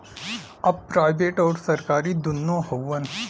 अब प्राइवेट अउर सरकारी दुन्नो हउवन